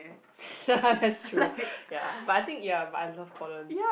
that's true ya but I think ya but I love Conan